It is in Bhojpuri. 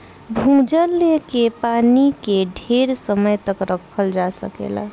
भूजल के पानी के ढेर समय तक रखल जा सकेला